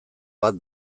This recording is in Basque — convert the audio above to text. bat